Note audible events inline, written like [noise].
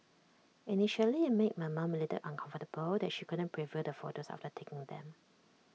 initially [noise] IT made my mom A little uncomfortable that she couldn't preview the photos after taking them